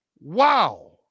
Wow